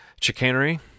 chicanery